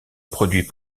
produit